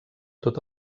tot